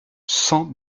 cent